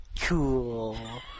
cool